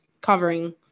covering